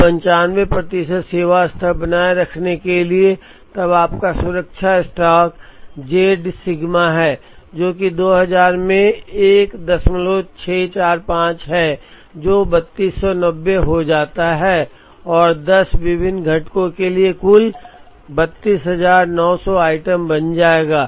अब 95 प्रतिशत सेवा स्तर बनाए रखने के लिए तब आपका सुरक्षा स्टॉक z सिग्मा है जो कि 2000 में 1645 है जो 3290 हो जाता है और 10 विभिन्न घटकों के लिए कुल 32900 आइटम बन जाएगा